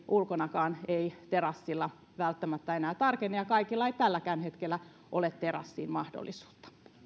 ulkonakaan ei terassilla välttämättä enää tarkene ja kaikilla ei tälläkään hetkellä ole terassiin mahdollisuutta